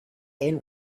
end